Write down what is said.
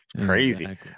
crazy